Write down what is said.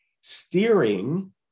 steering